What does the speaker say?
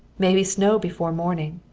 may be snow before morning.